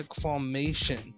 formation